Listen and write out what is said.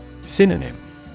Synonym